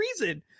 reason